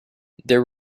their